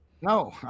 no